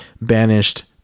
banished